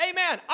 Amen